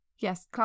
Yes